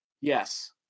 Yes